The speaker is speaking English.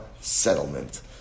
settlement